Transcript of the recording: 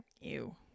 Ew